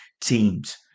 teams